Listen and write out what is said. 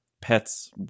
pets